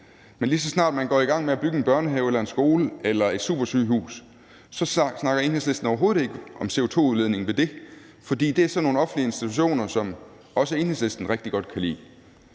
men lige så snart man går i gang med at bygge en børnehave eller en skole eller et supersygehus, snakker Enhedslisten overhovedet ikke om CO2-udledningen ved det, fordi det er sådan nogle offentlige institutioner, som også Enhedslisten rigtig godt kan lide.